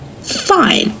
fine